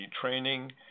training